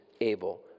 able